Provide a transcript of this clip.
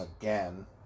again